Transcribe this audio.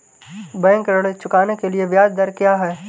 Bank ऋण चुकाने के लिए ब्याज दर क्या है?